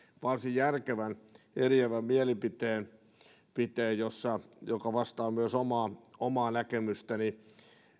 varsin järkevän eriävän mielipiteen joka vastaa myös omaa näkemystäni